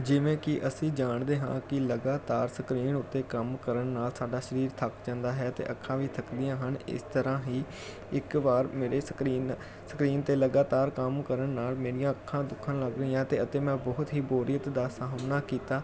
ਜਿਵੇਂ ਕਿ ਅਸੀਂ ਜਾਣਦੇ ਹਾਂ ਕਿ ਲਗਾਤਾਰ ਸਕਰੀਨ ਉੱਤੇ ਕੰਮ ਕਰਨ ਨਾਲ ਸਾਡਾ ਸਰੀਰ ਥੱਕ ਜਾਂਦਾ ਹੈ ਅਤੇ ਅੱਖਾਂ ਵੀ ਥੱਕਦੀਆਂ ਹਨ ਇਸ ਤਰ੍ਹਾਂ ਹੀ ਇੱਕ ਵਾਰ ਮੇਰੇ ਸਕਰੀਨ ਸਕਰੀਨ 'ਤੇ ਲਗਾਤਾਰ ਕੰਮ ਕਰਨ ਨਾਲ ਮੇਰੀਆਂ ਅੱਖਾਂ ਦੁਖਣ ਲੱਗ ਪਈਆਂ ਅਤੇ ਅਤੇ ਮੈਂ ਬਹੁਤ ਹੀ ਬੋਰੀਅਤ ਜਾ ਸਾਹਮਣਾ ਕੀਤਾ